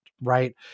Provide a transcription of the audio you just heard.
right